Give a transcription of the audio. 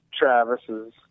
Travis's